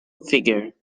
figure